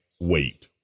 wait